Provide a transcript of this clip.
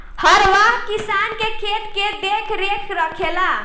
हरवाह किसान के खेत के देखरेख रखेला